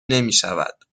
نمیشود